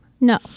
No